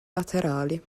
laterali